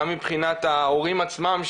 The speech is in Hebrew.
גם מבחינת ההורים עצמם,